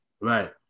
Right